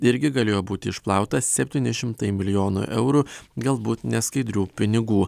irgi galėjo būti išplauta septyni šimtai milijonų eurų galbūt neskaidrių pinigų